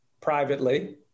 privately